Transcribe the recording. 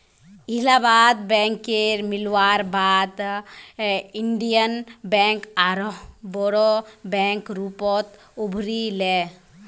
इलाहाबाद बैकेर मिलवार बाद इन्डियन बैंक आरोह बोरो बैंकेर रूपत उभरी ले